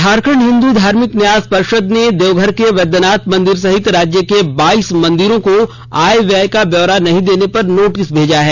झारखंड हिंदू धार्मिक न्यास पर्षद ने देवघर के वैद्यनाथ मंदिर सहित राज्य के बाइस मंदिरों को आय व्यय का ब्यौरा नहीं देने पर नोटिस भेजा है